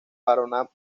panorama